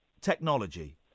technology